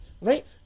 right